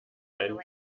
einen